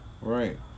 Right